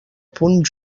punt